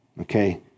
Okay